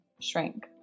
shrink